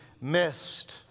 missed